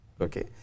Okay